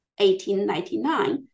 1899